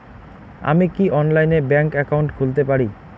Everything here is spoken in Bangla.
আমি কি অনলাইনে ব্যাংক একাউন্ট খুলতে পারি?